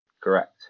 Correct